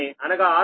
03 మీటర్లు